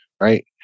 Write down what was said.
Right